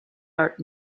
art